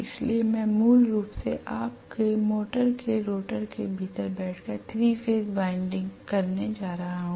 इसलिए मैं मूल रूप से आपके मोटर के रोटर के भीतर बैठकर 3 फेस वाइंडिंग करने जा रहा हूं